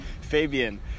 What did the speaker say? Fabian